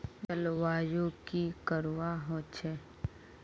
जलवायु की करवा होचे?